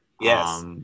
Yes